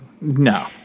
No